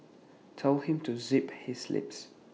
tell him to zip his lips